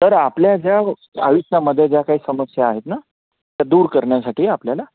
तर आपल्या ज्या आयुष्यामध्ये ज्या काही समस्या आहेत ना त्या दूर करण्यासाठी आपल्याला